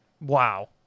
wow